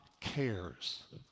cares